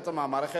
זאת, חל שיפור